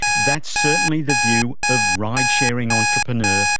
that's certainly the view of ride sharing entrepreneur,